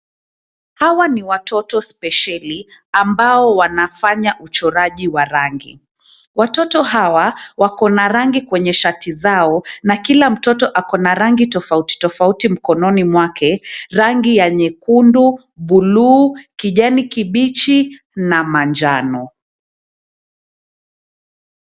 Hawa ni watoto spesheli, ambao wanafanya uchoraji wa rangi. Watoto hawa wakona rangi kwenye shati zao na kila mtoto akona rangi tofauti tofauti mkononi mwake: rangi ya nyekundu, buluu, kijani kibichi na manjano.